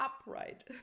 upright